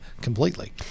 completely